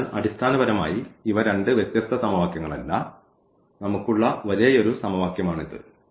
അതിനാൽ അടിസ്ഥാനപരമായി ഇവ രണ്ട് വ്യത്യസ്ത സമവാക്യങ്ങളല്ല നമുക്ക് ഉള്ള ഒരേയൊരു സമവാക്യമാണിത്